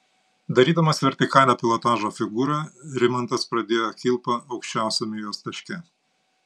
darydamas vertikalią pilotažo figūrą rimantas pradėjo kilpą aukščiausiame jos taške